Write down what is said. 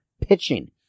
pitching